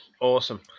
Awesome